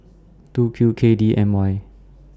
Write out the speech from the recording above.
two Q K D M Y